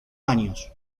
años